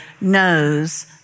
knows